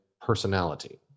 personality